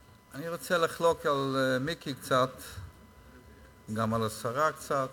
וכן, גם על המחדלים שלכם.